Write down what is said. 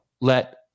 let